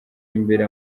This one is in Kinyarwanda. imbere